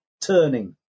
turning